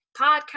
podcast